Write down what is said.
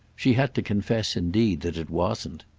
she had to confess indeed that it wasn't.